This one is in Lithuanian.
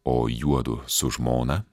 o juodu su žmona